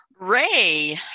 ray